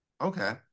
Okay